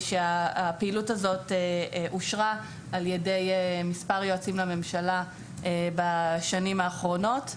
הפעילות הזאת אושרה על ידי מספר יועצים לממשלה בשנים האחרונות.